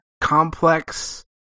complex